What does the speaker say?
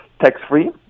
tax-free